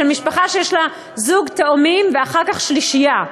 של משפחה שיש לה זוג תאומים ואחר כך שלישייה,